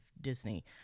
Disney